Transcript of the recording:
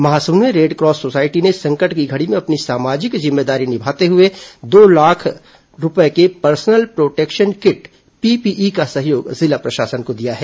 महासमुंद में red cross society ने संकट की घड़ी में अपनी सामाजिक जिम्मेदारी निभाते हुए दो लाख रूपये के पर्सनल प्रोटेक्शन किट पीपीई का सहयोग जिला प्रशासन को दिया है